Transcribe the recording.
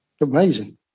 amazing